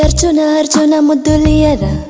but you know to and um deliver